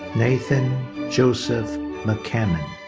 nathan joseph mccammon.